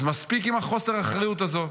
אז מספיק עם חוסר האחריות הזה,